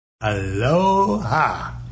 Aloha